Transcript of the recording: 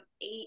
eight